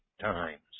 times